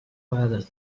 vegades